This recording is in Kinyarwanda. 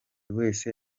wese